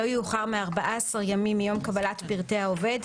לא יאוחר מ-14 ימים מיום קבלת פרטי העובד,